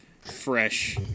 fresh